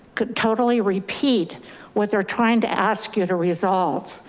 couldn't totally repeat what they're trying to ask you to resolve.